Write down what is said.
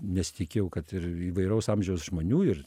nesitikėjau kad ir įvairaus amžiaus žmonių ir